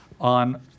on